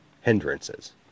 hindrances